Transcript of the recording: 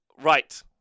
Right